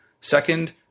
second